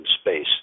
Space